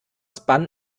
spun